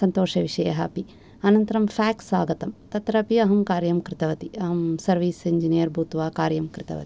सन्तोषविषय अपि अनन्तरं फेक्स् आगतं तत्रापि अहं कार्यं कृतवती अहं सर्वीस् इञ्जिनियर् भूत्वा कार्यं कृतवति